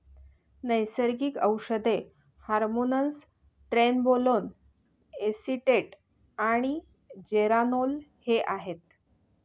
नैसर्गिक औषधे hormones trenbolone acetate आणि जेरानोल हे आहेत